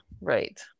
Right